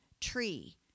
tree